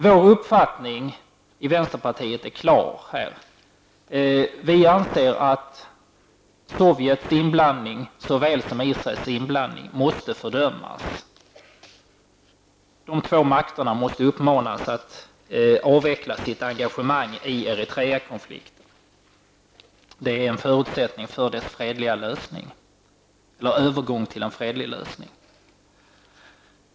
Vänsterpartiets uppfattning är klar. Vi anser att såväl Sovjetunionens som Israels inblandning måste fördömas. Sovjetunionen och Israel måste uppmanas att avveckla sitt engagemang i Eritreakonflikten, eftersom detta är en förutsättning för konfliktens fredliga lösning.